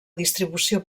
distribució